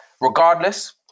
regardless